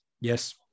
Yes